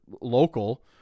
local